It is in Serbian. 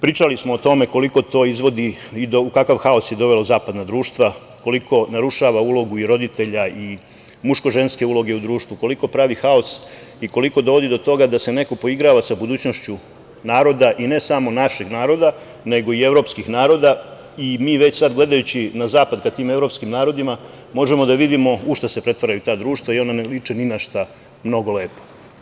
Pričali smo o tome koliko to izvodi i u kakav haos je dovelo zapadna društva, koliko narušava ulogu i roditelja i muško-ženske uloge u društvu, koliko pravi haos i koliko dovodi do toga da se neko poigrava sa budućnošću naroda i ne samo našeg naroda, nego i evropskih naroda i mi već sada gledajući na zapad ka tim evropskim narodima možemo da vidimo u šta se pretvaraju ta društva i da ona ne liče ni na šta mnogo lepo.